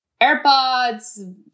AirPods